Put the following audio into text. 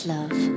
Love